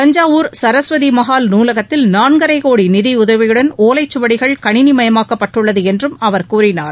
தஞ்சாவூர் சரஸ்வதி மகால் நூலகத்தில் நாள்கரை கோடி ரூபாய் நிதியுதவிடன் ஒலை சுவடிகள் கணினிமயமாக்கப்பட்டுள்ளது என்றும் அவர் கூறினார்